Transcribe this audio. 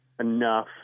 enough